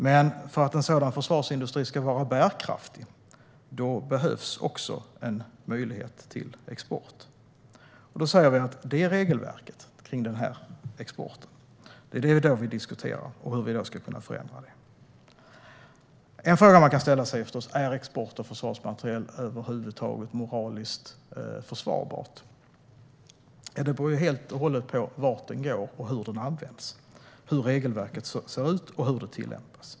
Men för att en sådan försvarsindustri ska vara bärkraftig behövs också en möjlighet till export. Det vi i dag diskuterar är regelverket kring den här exporten och hur vi ska kunna förändra det. En fråga man kan ställa sig är förstås om export av försvarsmateriel över huvud taget är moraliskt försvarbart. Det beror ju helt och hållet på vart den går och hur den används, hur regelverket ser ut och hur det tillämpas.